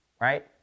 right